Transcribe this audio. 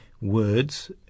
words